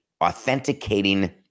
authenticating